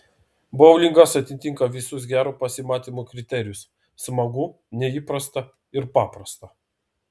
boulingas atitinka visus gero pasimatymo kriterijus smagu neįprasta ir paprasta